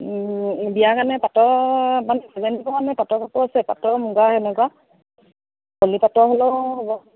বিয়া কাৰণে পাটৰ মানে প্ৰজেন্ট দিবৰ কাৰণে পাটৰ কাপোৰ আছে পাটৰ মুগা সেনেকুৱা পলি পাটৰ হ'লেও হ'ব